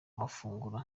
mafunguro